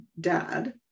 dad